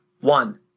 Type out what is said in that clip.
One